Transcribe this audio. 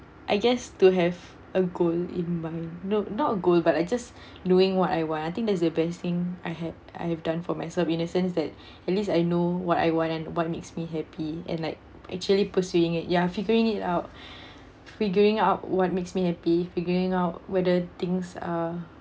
I guess to have a goal in mind no not a goal but I just knowing what I want I think that's the best thing I had I have done for myself in a sense that at least I know what I want and what makes me happy and like actually pursuing it ya figuring it out figuring out what makes me happy figuring out whether things are